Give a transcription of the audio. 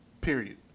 Period